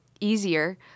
easier